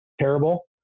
Terrible